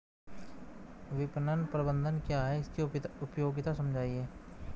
विपणन प्रबंधन क्या है इसकी उपयोगिता समझाइए?